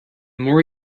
more